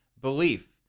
belief